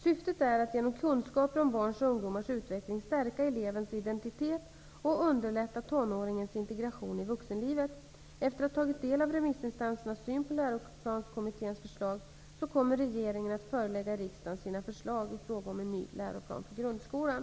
Syftet är att genom kunskaper om barns och ungdomars utveckling stärka elevens identitet och underlätta tonåringens integration i vuxenlivet. Efter att ha tagit del av remissinstansernas syn på Läroplanskommitténs förslag kommer regeringen att förelägga riksdagen sina förslag i fråga om en ny läroplan för grundskolan.